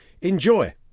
enjoy